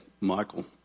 Michael